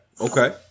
Okay